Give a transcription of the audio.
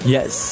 Yes